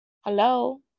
Hello